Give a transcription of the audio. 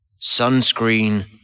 sunscreen